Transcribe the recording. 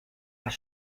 was